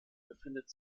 befindet